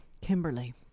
Kimberly